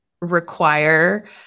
require